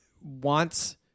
wants